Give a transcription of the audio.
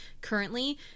currently